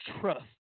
trust